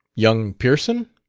young pearson?